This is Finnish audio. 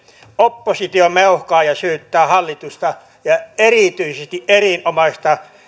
oppositio meuhkaa ja syyttää hallitusta ja erityisesti erinomaista